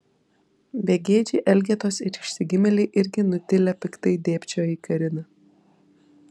begėdžiai elgetos ir išsigimėliai irgi nutilę piktai dėbčioja į kariną